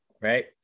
Right